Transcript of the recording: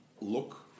look